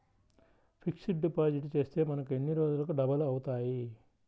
Fixed deposit చేస్తే మనకు ఎన్ని రోజులకు డబల్ అవుతాయి?